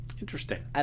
Interesting